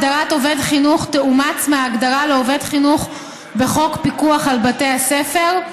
הגדרת "עובד חינוך" תאומץ מההגדרה לעובד חינוך בחוק פיקוח על בתי ספר,